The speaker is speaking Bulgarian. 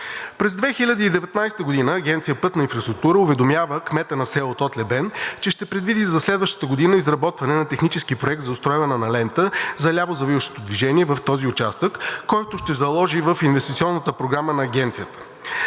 През 2019 г. Агенция „Пътна инфраструктура“ уведомява кмета на село Тотлебен, че ще предвиди за следващата година изработване на технически проект за устройване на лента за лявозавиващото движение в този участък, който ще заложи в инвестиционната програма на Агенцията.